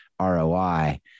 ROI